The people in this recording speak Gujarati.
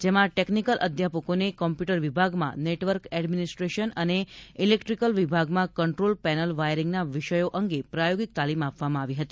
જેમાં ટેકનીકલ અધ્યાપકોને કોમ્પ્યૂટર વિભાગમાં નેટવર્ક એડમિનિસ્ટ્રેશન અને ઇલેક્ટ્રીકલ વિભાગમાં કંટ્રોલ પેનલ વાયરીંગના વિષયો અંગે પ્રાયોગિક તાલીમ આપવામાં આવી હતી